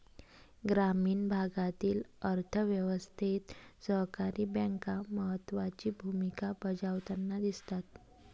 ग्रामीण भागातील अर्थ व्यवस्थेत सहकारी बँका महत्त्वाची भूमिका बजावताना दिसतात